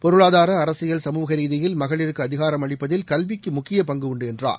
பொருளாதார அரசியல் சமூக ரீதியில் மகளிருக்கு அதிகாரமளிப்பதில் கல்விக்கு முக்கிய பங்கு உண்டு என்றார்